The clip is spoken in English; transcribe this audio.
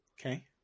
Okay